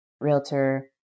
realtor